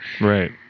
right